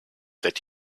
that